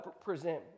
present